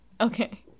Okay